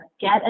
Get